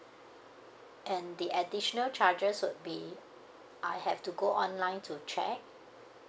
and the additional charges would be I have to go online to check